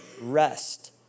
rest